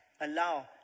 allow